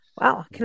Wow